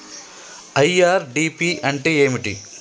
IRDP అంటే ఏమిటి?